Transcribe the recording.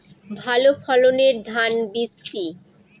ভালো ফলনের ধান বীজ কি?